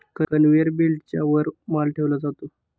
conveyor बेल्टच्या वर माल ठेवला जातो